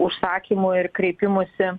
užsakymu ir kreipimusi